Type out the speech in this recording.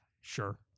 Sure